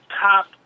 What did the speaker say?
top